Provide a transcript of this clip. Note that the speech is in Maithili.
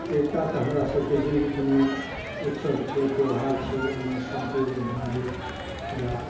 एकता तऽ हमरासभके जे भी कोनो उत्सव छै त्योहार छै ओहिमे सम्पूर्ण हिंदू या